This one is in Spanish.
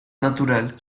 natural